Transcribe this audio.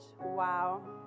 Wow